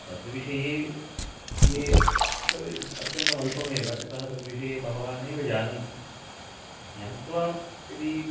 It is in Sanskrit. तद्विषये ये तद् इत् अत्यन्तमल्पमेव यतः तद्विषये बहवः नैव जानन्ति ज्ञात्वा यदि